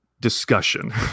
discussion